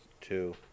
Two